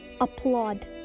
applaud